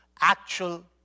actual